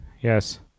Yes